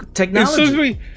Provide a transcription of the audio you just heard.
technology